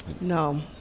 No